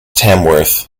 tamworth